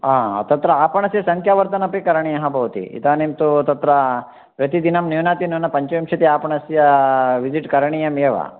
तत्र आपणस्य सङ्ख्या वर्धनमपि करणीयः भवति इदानीं तु तत्र प्रतिदिनं न्यूनातिन्यूनं पञ्चविंशति आपणस्य विसिट् करणीयमेव